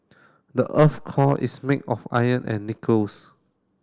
the earth's core is made of iron and nickels